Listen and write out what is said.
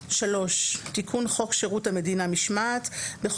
3. תיקון חוק שירות המדינה (משמעת), תשכ"ג-1963.